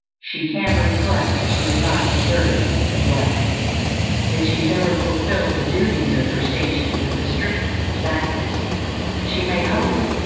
she can reflect that she has not deserved neglect that she has ever fulfilled the duties of her station with the strictest exactness she may hope,